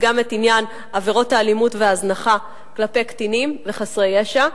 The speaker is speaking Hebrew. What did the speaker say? גם את עניין עבירות האלימות וההזנחה כלפי קטינים וחסרי ישע.